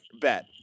Bet